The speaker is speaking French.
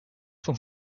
cent